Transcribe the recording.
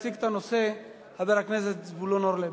יציג את הנושא חבר הכנסת זבולון אורלב.